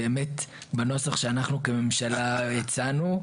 בנוסח שאנחנו כממשלה הצענו,